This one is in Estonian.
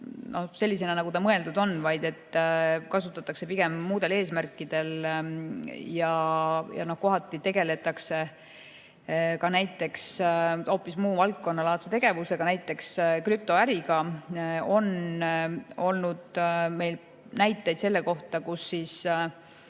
sellisena, nagu see mõeldud on, vaid seda kasutatakse pigem muudel eesmärkidel. Kohati tegeletakse näiteks hoopis muu valdkonna alase tegevusega, näiteks krüptoäriga. Meil on olnud näiteid selle kohta, kus